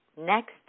next